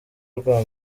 rwa